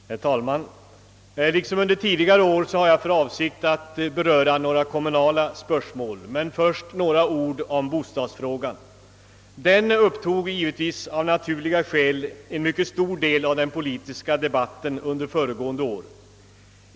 Herr talman! Liksom under tidigare år har jag för avsikt att beröra några kommunala spörsmål, men först några ord om bostadsfrågan. Den upptog av naturliga skäl en mycket stor del av den politiska debatten under föregående år.